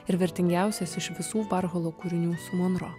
ir vertingiausias iš visų barcholo kūrinių su monro